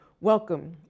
Welcome